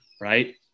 right